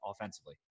offensively